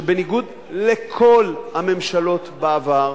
שבניגוד לכל הממשלות בעבר,